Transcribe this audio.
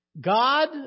God